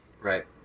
Right